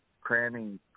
cramming